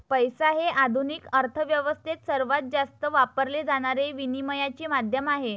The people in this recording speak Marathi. पैसा हे आधुनिक अर्थ व्यवस्थेत सर्वात जास्त वापरले जाणारे विनिमयाचे माध्यम आहे